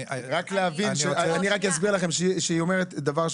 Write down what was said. אני רק אסביר לכם שהיא אומרת עניין שהוא